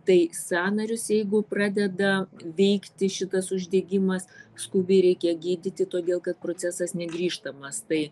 tai sąnarius jeigu pradeda veikti šitas uždegimas skubiai reikia gydyti todėl kad procesas negrįžtamas tai